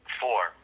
four